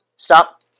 Stop